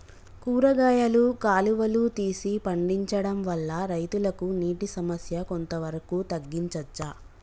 కూరగాయలు కాలువలు తీసి పండించడం వల్ల రైతులకు నీటి సమస్య కొంత వరకు తగ్గించచ్చా?